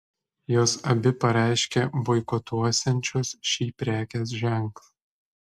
jos abi pareiškė boikotuosiančios šį prekės ženklą